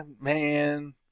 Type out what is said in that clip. man